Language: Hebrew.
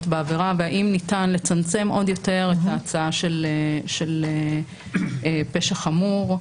בעבירה והאם ניתן לצמצם עוד יותר את ההצעה של פשע חמור,